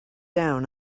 down